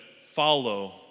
follow